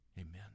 Amen